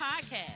podcast